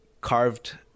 carved